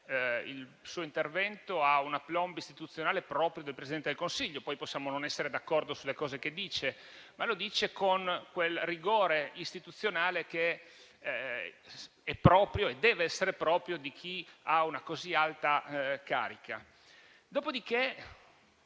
il suo intervento con un *aplomb* istituzionale proprio del Presidente del Consiglio (poi, possiamo non essere d'accordo sulle cose che dice, ma le dice con quel rigore istituzionale che deve essere proprio di chi ha una così alta carica);